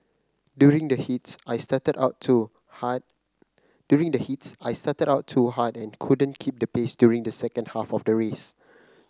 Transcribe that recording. during the heats I started out too hard during the heats I started out too hard and couldn't keep the pace during the second half of the race